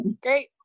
Great